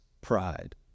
pride